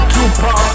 Tupac